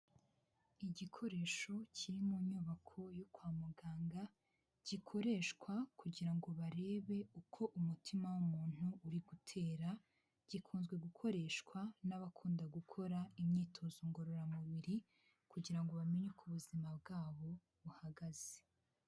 Igikoresho kiri mu nyubako yo kwa muganga, gikoreshwa kugira ngo barebe uko umutima w'umuntu uri gutera, gikunze gukoreshwa n'abakunda gukora, imyitozo ngororamubiri, kugira ngo bamenye uko ubuzima bwabo buhagaze.